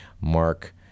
Mark